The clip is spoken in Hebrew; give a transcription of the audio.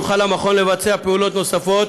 יוכל המכון לבצע פעולות נוספות